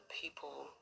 people